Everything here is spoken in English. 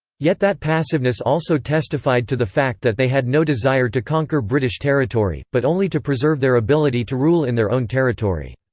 yet that passiveness also testified to the fact that they had no desire to conquer british territory, but only to preserve their ability to rule in their own territory.